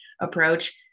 approach